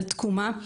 על תקומה,